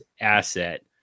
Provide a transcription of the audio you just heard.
asset